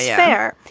yeah fair?